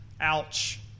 Ouch